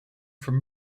from